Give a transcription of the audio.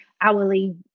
hourly